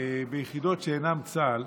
ביחידות שאינן צה"ל,